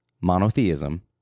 monotheism